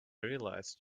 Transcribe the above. realized